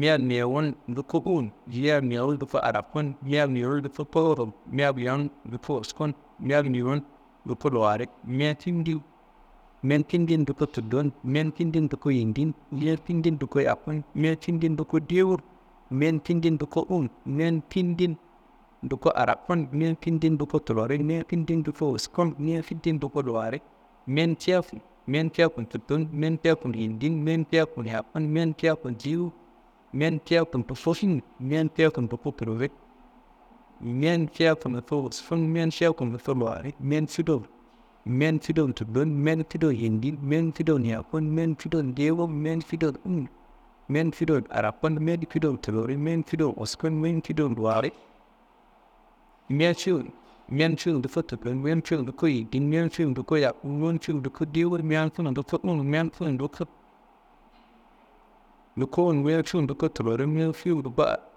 mea- n mewu n luko dewu n, mea- n mewu n luko uwu- n, mea- n mewu n luko araku n, mea- n mewu n luko tulluri n, meea n mewu n lukko wuskun n, mea- n mewu n luko luwari n, mea- n findi n, mea- n findi n lukko tullo n, mea- n findi n luko yindi n, mea- n findi n luko yaku n, mea- n findi n luko dewu n, mea- n findi n luko uwu- n, mea- n findi n luko araku n, mea- n findi n tulluri n, mea- n findi n luko wusku n, mea- n findi n luko luwari n, mea- n fiyaku n, mea- n fiyaku n tullo n, mea- n fiyaku n yindi n, mea- n fiyaku n yaku n, mea- nfiyaku n dewu n, mea- n fiyaku n luko «unintelligible», mea- n fiyaku n luko tulluri, mea- n fiyaku n luko wusku n, mea- n fiyaku n luko luwari, mea- n fidowu n, mea- n fidowu n tullo n, mea- n fidowu n yindi n, mea- n fidowu n yaku n, mea- n fidowu n uwu- n, mea- n fidowu n araku n, mea- n fidowu n tulluri n, mea- n fidowu n wusku n, mea- n fidowu n luwari, mea- n fiwu n, mea- n fiwu n luko tullo n, mea- fiwu n luko yindi n, mea- n fidowu n luko yaku n, mea- n fidowu n luko dewu n, mea- n fidowu n luko uwu- n, mea- n fiwu n luko uwu- n, mean fiwu n luko tulluri, mea- n fiwu n luka